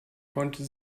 konnte